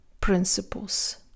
principles